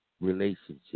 relationship